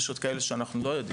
יש עוד כאלה שאנחנו לא יודעים.